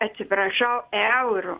atsiprašau eurų